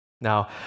Now